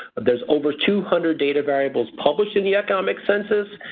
there's over two hundred data variables published in the economic census.